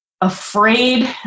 afraid